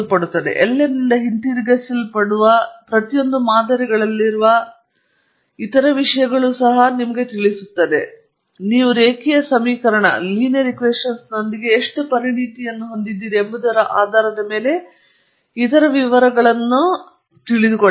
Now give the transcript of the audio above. ನೀವು ಗುಣಾಂಕಗಳನ್ನು ಹೊಂದಿದ್ದು ಅಳವಡಿಸಿದ ಮೌಲ್ಯಗಳು ನೀವು ಫಿಟ್ಸ್ ಅನ್ನು ಹೋಲಿಕೆ ಮಾಡಬಹುದು ಅಳವಡಿಸಲಾಗಿರುವ ಮೌಲ್ಯಗಳು ತರಬೇತಿ ಮಾಹಿತಿಯ ಮಾದರಿಗಳ ಮುನ್ನೋಟಗಳಾಗಿವೆ ನಾವು ಮಾಡಿದಂತೆ ನೀವು ಉಳಿಕೆಗಳನ್ನು ಹೊರತೆಗೆಯಬಹುದು ನೀವು ರೇಖೀಯ ಸಮೀಕರಣಗಳೊಂದಿಗೆ ಎಷ್ಟು ಪರಿಣತಿಯನ್ನು ಹೊಂದಿದ್ದೀರಿ ಎಂಬುದರ ಆಧಾರದ ಮೇಲೆ ಇತರ ವಿವರಗಳನ್ನು ಅದು ಹೇಗೆ ಕರೆಯಲಾಗಿದೆಯೆಂಬುದನ್ನು ಸಹ ಪಡೆಯಬಹುದು